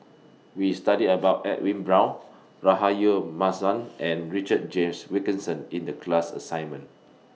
We studied about Edwin Brown Rahayu Mahzam and Richard James Wilkinson in The class assignment